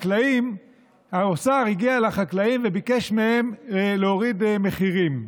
האוצר הגיע לחקלאים וביקש מהם להוריד מחירים.